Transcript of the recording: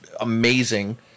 amazing